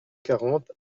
quarante